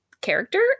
character